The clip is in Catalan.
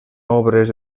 obres